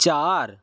চার